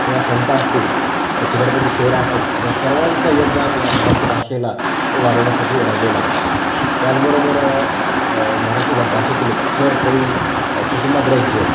किंवा संत असतील तर छत्रपती शिवराय असेल ह्या सर्वांचा योगदान या मराठी भाषेला वाढवण्यासाठी राहिलेला आहे त्याचबरोबर मराठी भा भाषेतील थोर कवी कुसुमाग्रज